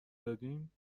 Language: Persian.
دادیم